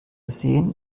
sehen